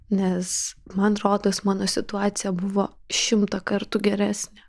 nes man rodos mano situacija buvo šimtą kartų geresnė